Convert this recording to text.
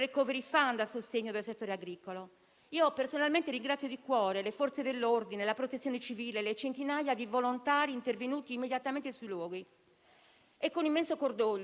È con immenso cordoglio che esprimo la mia solidarietà a tutti i miei conterranei, vittime di questa tragedia. Tuttavia, come scriveva il nostro premio Nobel Grazia Deledda,